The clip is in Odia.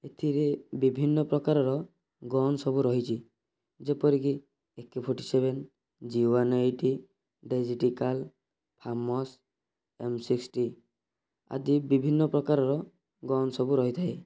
ଏଥିରେ ବିଭିନ୍ନ ପ୍ରକାରର ଗନ୍ ସବୁ ରହିଛି ଯେପରି କି ଏକେ ଫର୍ଟି ସେଭେନ ଜିଓ ଓନ୍ ଏଇଟ୍ ଡେଜିଟକାଲ ହାମସ୍ ଏମ୍ ସିକ୍ସଟି ଆଦି ବିଭିନ୍ନ ପ୍ରକାରର ଗନ୍ ସବୁ ରହିଥାଏ